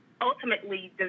ultimately